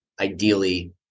ideally